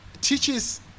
teaches